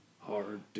hard